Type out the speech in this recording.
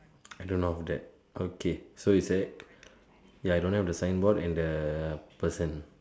I don't know after that okay so is there ya I don't have the signboard and the person